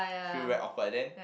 feel very awkward then